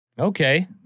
Okay